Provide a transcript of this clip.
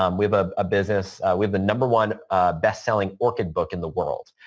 um we have a ah business with the number one best-selling orchid book in the world.